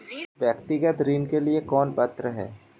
व्यक्तिगत ऋण के लिए कौन पात्र है?